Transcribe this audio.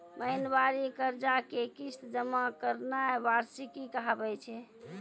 महिनबारी कर्जा के किस्त जमा करनाय वार्षिकी कहाबै छै